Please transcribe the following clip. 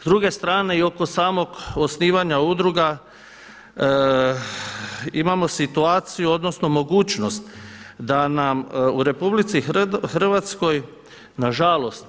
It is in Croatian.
S druge strane i oko samog osnivanja udruga imamo situaciju odnosno mogućnost da nam u RH nažalost